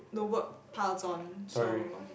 the work piles on so